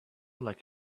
like